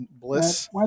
Bliss